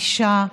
אישה,